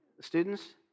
students